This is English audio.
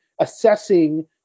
assessing